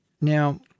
Now